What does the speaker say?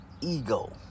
ego